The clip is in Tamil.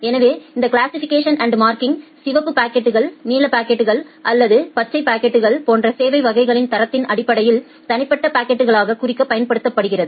எனவே இந்த கிளாசிசிபிகேஷன் அண்ட் மார்க்கிங் சிவப்பு பாக்கெட்கள் நீல பாக்கெட்கள் அல்லது பச்சை பாக்கெட்கள் போன்ற சேவை வகைகளின் தரத்தின் அடிப்படையில் தனிப்பட்ட பாக்கெட்களாக குறிக்க பயன்படுத்தப்படுகிறது